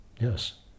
Yes